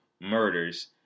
murders